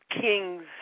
King's